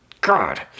God